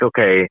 okay